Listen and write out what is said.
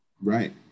Right